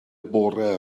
bore